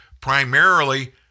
primarily